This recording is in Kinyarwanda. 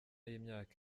y’imyaka